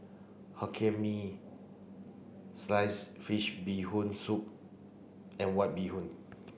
Hokkien Mee slice fish bee hoon soup and white bee hoon